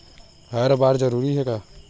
हर बार जरूरी हे का?